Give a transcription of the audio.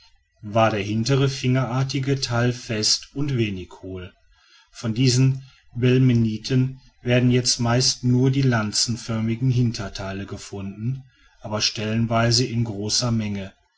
war der hintere fingerartige teil fest und wenig hohl von diesen belemniten werden jetzt meist nur die lanzenförmigen hinterteile gefunden aber stellenweise in großer menge